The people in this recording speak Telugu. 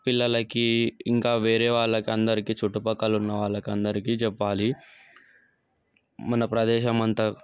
పిల్లలకి ఇంకా వేరే వాళ్ళకు అందరికీ చుట్టుపక్కల ఉన్న వాళ్ళకు అందరికీ చెప్పాలి మన ప్రదేశం అంతా